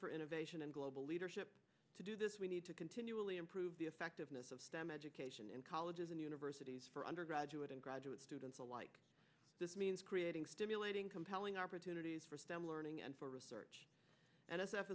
for innovation and global leadership to do this we need to continually improve the effectiveness of stem education in colleges and universities for undergraduate and graduate students alike this means creating stimulating compelling opportunities for stem learning and for research and